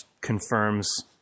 confirms